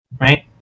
Right